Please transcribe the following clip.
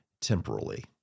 temporally